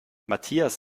matthias